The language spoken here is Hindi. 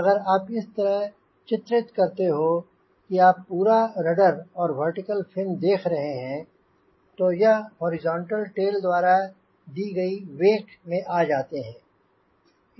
अगर आप इस तरह चित्रित करते हो कि आप पूरा रडर और वर्टिकल फिन देख रहे हैं तो यह हॉरिजॉन्टल टेल द्वारा दी गई वेक में आ जाते हैं